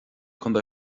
contae